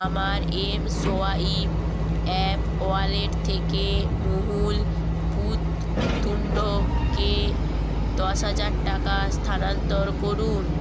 আমার M swipe app wallet থেকে মোহুল পুত তুন্ডকে দশ হাজার টাকা স্থানান্তর করুন